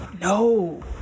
No